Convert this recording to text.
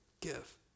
give